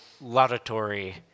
laudatory